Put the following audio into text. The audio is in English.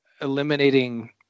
eliminating